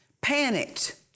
Panicked